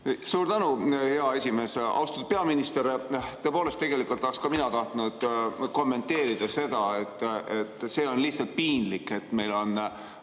Suur tänu, hea esimees! Austatud peaminister! Tõepoolest, tegelikult oleks ka mina tahtnud kommenteerida seda, et see on lihtsalt piinlik, et meil on